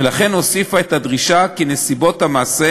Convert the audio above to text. ולכן הוסיפה את הדרישה כי נסיבות המעשה